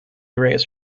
raised